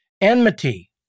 Enmity